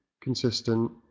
consistent